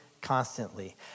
Constantly